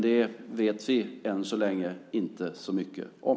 Det vet vi än så länge inte så mycket om.